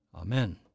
Amen